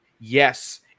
Yes